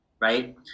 right